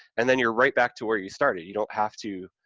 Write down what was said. and then you're right back to where you started, you don't have to,